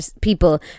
people